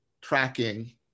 tracking